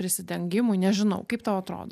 prisidengimui nežinau kaip tau atrodo